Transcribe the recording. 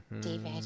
David